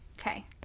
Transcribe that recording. Okay